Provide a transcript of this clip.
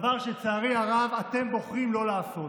דבר שלצערי הרב אתם בוחרים לא לעשות.